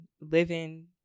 living